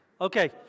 Okay